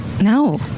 No